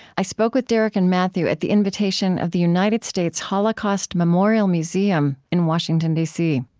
i spoke with derek and matthew at the invitation of the united states holocaust memorial museum in washington, d c